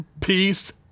peace